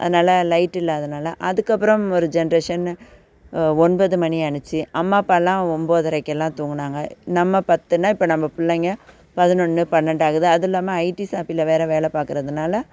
அதனால லைட்டு இல்லாதனால் அதுக்கு அப்புறம் ஒரு ஜென்ட்ரேஷன் ஒன்பது மணி ஆகிச்சு அம்மா அப்பாயெலாம் ஒம்பதரைக்கெல்லாம் தூங்கினாங்க நம்ம பத்துன்னா இப்போ நம்ம பிள்ளைங்க பதினொன்று பன்னெண்டு ஆகுது அதுவும் இல்லாமல் ஐட்டி ஷாப்புல வேறு வேலை பார்க்குறதுனால